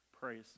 Praise